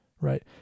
right